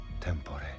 Tempore